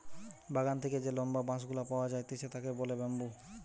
বাগান থেকে যে লম্বা বাঁশ গুলা পাওয়া যাইতেছে তাকে বলে বাম্বু